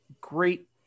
great